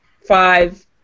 Five